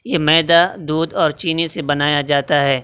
یہ میدہ دودھ اور چینی سے بنایا جاتا ہے